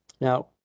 Now